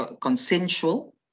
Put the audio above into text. consensual